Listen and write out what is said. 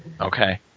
Okay